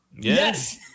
Yes